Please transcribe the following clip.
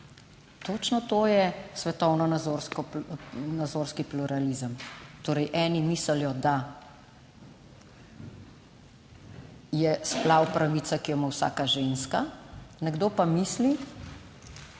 Točno to je svetovno nazorsko nazorski pluralizem. Torej, eni mislijo, da je splav pravica, ki jo ima vsaka ženska, nekdo pa misli,